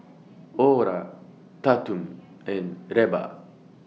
Orla Tatum and Levar